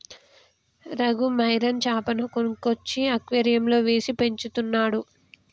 Raghu marine చాపను కొనుక్కొచ్చి అక్వేరియంలో వేసి పెంచుతున్నాడు